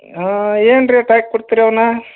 ಹ್ಞೂ ಏನು ರೇಟ್ ಹಾಕಿ ಕೊಡ್ತೀರಿ ಅವನ್ನ